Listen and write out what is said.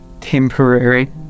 temporary